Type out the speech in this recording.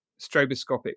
stroboscopic